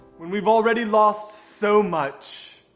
when we've already lost so much.